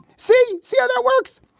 see see how that works.